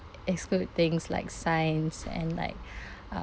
exclude things like science and like uh